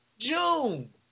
June